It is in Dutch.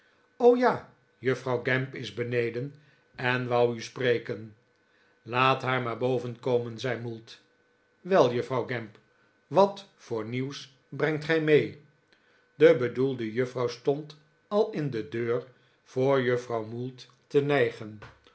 ja juffrouw gamp is beneden en wou u spreken laat haar maar boven komen zei mould wel juffrouw gamp wat voor nieuws brengt gij mee de bedoelde juffrouw stond al in de deur voor juffrouw mould te nijgen